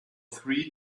three